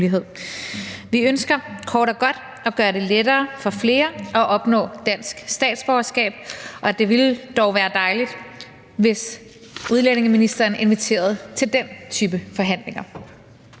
Vi ønsker kort og godt at gøre det lettere for flere at opnå dansk statsborgerskab. Det ville dog være dejligt, hvis udlændinge- og integrationsministeren inviterede til den type forhandlinger.